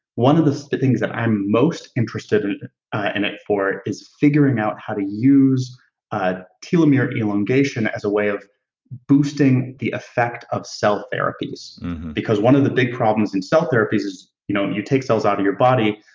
one of the things that i'm most interested in it for is figuring out how to use ah telomere elongation as a way of boosting the effect of cell therapies because one of the big problems in cell therapies is you know you take cells out of your body,